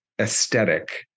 aesthetic